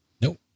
Nope